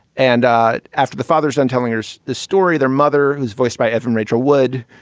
and after the father's on telling us the story, their mother, who's voiced by evan, rachel wood,